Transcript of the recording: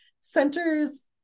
centers